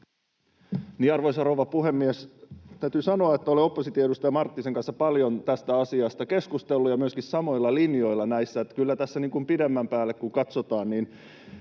Arvoisa rouva puhemies! Täytyy sanoa, että olen oppositioedustaja Marttisen kanssa paljon tästä asiasta keskustellut ja myöskin samoilla linjoilla näissä. Kyllä tässä pidemmän päälle, kun katsotaan,